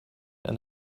and